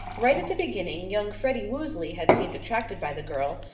right at the beginning young freddie woosley had seemed attracted by the girl,